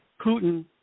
Putin